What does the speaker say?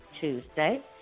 Tuesday